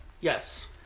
Yes